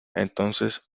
entonces